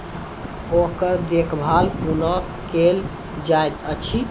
ओकर देखभाल कुना केल जायत अछि?